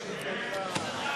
התשס"ט 2009,